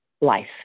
Life